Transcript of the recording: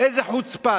איזו חוצפה.